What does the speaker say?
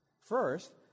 First